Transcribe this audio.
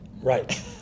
right